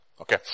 Okay